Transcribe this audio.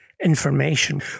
Information